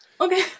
okay